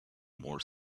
more